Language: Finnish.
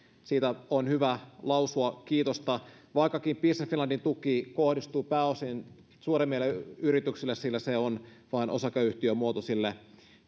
siitä on hyvä lausua kiitosta vaikkakin business finlandin tuki kohdistuu pääosin suuremmille yrityksille sillä se on vain osakeyhtiömuotoisille